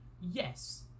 yes